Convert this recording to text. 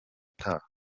ataha